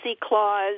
Clause